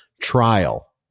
trial